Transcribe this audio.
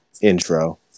intro